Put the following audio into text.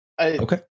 Okay